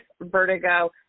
vertigo